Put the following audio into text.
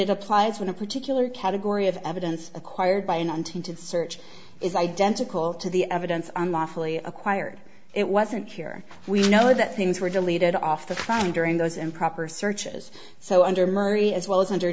it applies when a particular category of evidence acquired by an untainted search is identical to the evidence on lawfully acquired it wasn't here we know that things were deleted off the crime during those improper searches so under murray as well as under